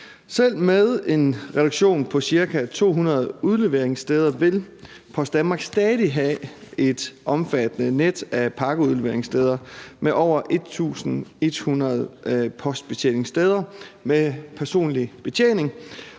Selv med en reduktion på ca. 200 udleveringssteder vil Post Danmark stadig have et omfattende net af pakkeudleveringssteder med over 1.100 postbetjeningssteder med personlig betjening